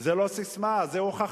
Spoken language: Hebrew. וזו לא ססמה, זו הוכחה.